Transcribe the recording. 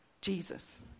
Jesus